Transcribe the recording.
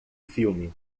filme